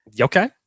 Okay